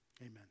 amen